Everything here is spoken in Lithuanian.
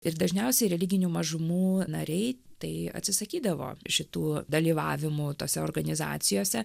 ir dažniausiai religinių mažumų nariai tai atsisakydavo šitų dalyvavimų tose organizacijose